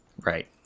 Right